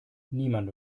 niemand